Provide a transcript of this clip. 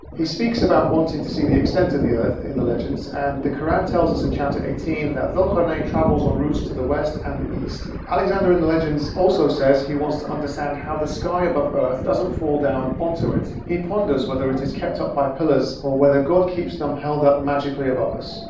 he speaks about wanting to see the extent of the earth in the legends and the quran tells us in chapter eighteen that dhul qurnayn travels on roots to the west and east. alexander in the legends also says he wants to understand how the sky above earth doesn't fall down onto it. he ponders whether it is kept up by pillars or whether god keeps them held up magically above us.